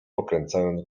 pokręcając